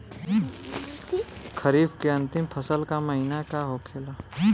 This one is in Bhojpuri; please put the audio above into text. खरीफ के अंतिम फसल का महीना का होखेला?